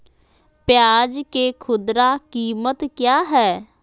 प्याज के खुदरा कीमत क्या है?